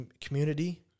community